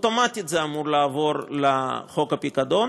אוטומטית זה אמור לעבור לחוק הפיקדון.